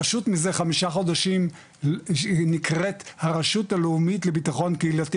הרשות מזה חמישה חודשים היא נקראת "הרשות הלאומית לביטחון קהילתי",